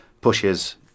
pushes